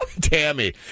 Tammy